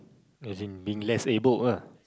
as in being less abled ah